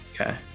Okay